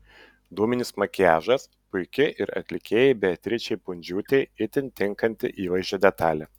dūminis makiažas puiki ir atlikėjai beatričei pundžiūtei itin tinkanti įvaizdžio detalė